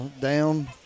down